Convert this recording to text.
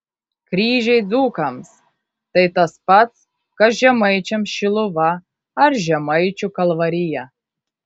kryžiai dzūkams tai tas pats kas žemaičiams šiluva ar žemaičių kalvarija